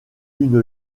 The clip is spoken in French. une